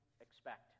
expect